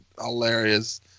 hilarious